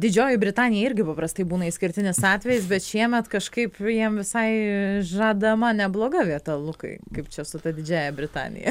didžioji britanija irgi paprastai būna išskirtinis atvejis bet šiemet kažkaip jiem visai žadama nebloga vieta lukai kaip čia su ta didžiąja britanija